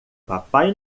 papai